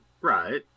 Right